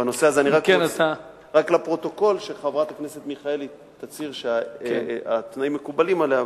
אני רק אומר לפרוטוקול שחברת הכנסת מיכאלי תצהיר שהתנאים מקובלים עליה,